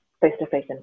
face-to-face